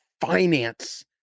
finance